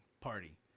party